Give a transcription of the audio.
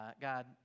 God